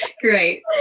Great